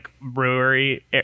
brewery